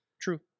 True